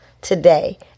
today